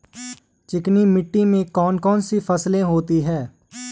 चिकनी मिट्टी में कौन कौन सी फसलें होती हैं?